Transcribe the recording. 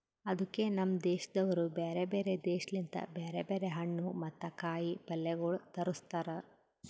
ಅದುಕೆ ನಮ್ ದೇಶದವರು ಬ್ಯಾರೆ ಬ್ಯಾರೆ ದೇಶ ಲಿಂತ್ ಬ್ಯಾರೆ ಬ್ಯಾರೆ ಹಣ್ಣು ಮತ್ತ ಕಾಯಿ ಪಲ್ಯಗೊಳ್ ತರುಸ್ತಾರ್